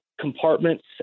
compartments